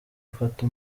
afata